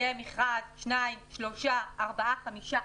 יהיה מכרז, שניים, שלושה, ארבעה, חמישה.